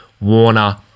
Warner